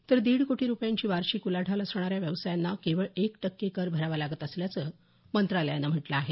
तर दिड कोटी रुपयांची वार्षिक उलाढाल असणाऱ्या व्यवसायांना केवळ एक टक्के कर भरावा लागत असल्याचं मंत्रालयानं म्हटलं आहे